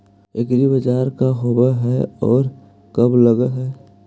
एग्रीबाजार का होब हइ और कब लग है?